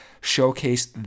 showcase